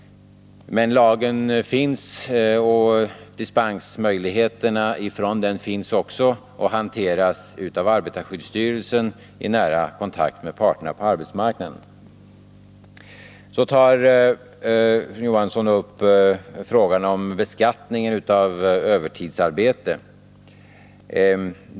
Men lagen finns, och den innehåller dispensmöjligheter, som hanteras av arbetarskyddsstyrelsen i nära kontakt med parterna på arbetsmarknaden. Så tar fru Johansson upp frågan om beskattningen av övertidsarbete.